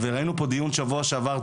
ראינו פה דיון בשבוע שעבר,